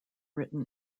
written